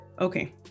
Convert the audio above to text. Okay